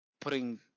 putting